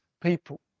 people